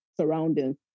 surroundings